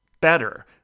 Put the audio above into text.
better